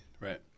right